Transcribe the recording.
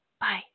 bye